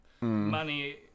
money